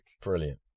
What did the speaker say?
Brilliant